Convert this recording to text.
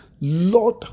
Lord